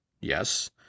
Yes